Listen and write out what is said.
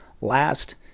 last